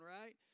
right